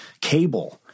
cable—